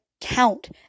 count